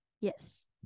yes